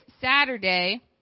Saturday